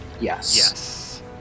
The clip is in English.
Yes